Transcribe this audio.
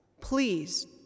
Please